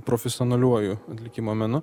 profesionaliuoju atlikimo menu